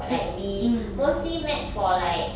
like we mostly met for like